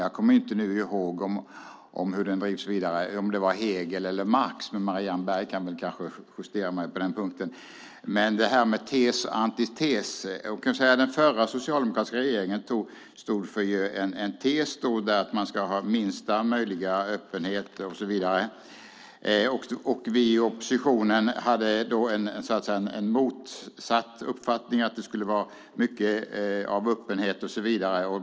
Jag kommer inte ihåg om det var Hegel eller Marx, men Marianne Berg kan väl justera mig på den punkten. Det handlar om tes och antites. Den förra socialdemokratiska regeringen stod för en tes, där man ska ha minsta möjliga öppenhet. Vi i oppositionen hade en motsatt uppfattning. Det skulle vara mycket av öppenhet.